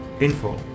info